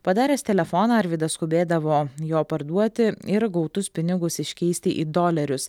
padaręs telefoną arvydas skubėdavo jo parduoti ir gautus pinigus iškeisti į dolerius